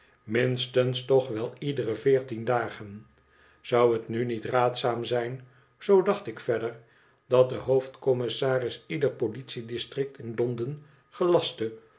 minstens toch wel iedere veertien dagen zou het nu niet raadzaam zijn zoo dacht ik verder dat de hoofdcommissaris ieder politie district in londen